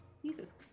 jesus